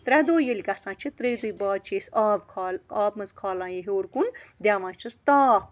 ترٛےٚ دۄہ ییٚلہِ گژھان چھِ ترٛیٚیہِ دۄہہِ بعد چھِ أسۍ آب کھال آب منٛز کھالان یہِ ہیوٚر کُن دِوان چھِس تاپھ